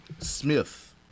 Smith